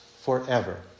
forever